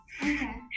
Okay